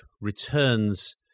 returns